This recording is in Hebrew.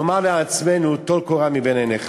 נאמר לעצמנו: טול קורה מבין עיניך.